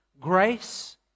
grace